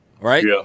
right